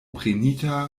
prenita